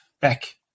back